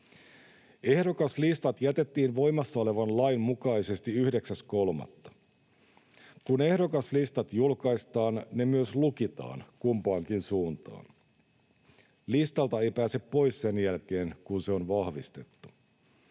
Ehdokaslistat jätettiin voimassa olevan lain mukaisesti 9.3. Kun ehdokaslistat julkaistaan, ne myös lukitaan kumpaankin suuntaan. Listalta ei pääse pois sen jälkeen, kun se on vahvistettu.